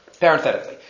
Parenthetically